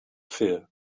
fear